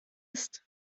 ist